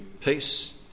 peace